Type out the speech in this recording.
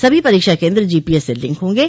सभी परीक्षा केन्द्र जीपीएस से लिंक होंगे